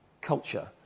culture